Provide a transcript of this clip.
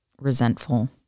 resentful